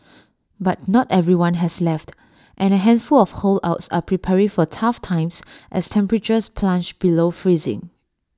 but not everyone has left and A handful of holdouts are preparing for tough times as temperatures plunge below freezing